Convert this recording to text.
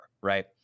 right